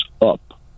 up